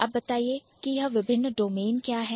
अब बताइए कि यह विभिन्न डोमेन क्या है